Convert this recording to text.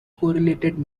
correlated